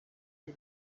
you